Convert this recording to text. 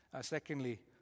Secondly